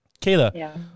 Kayla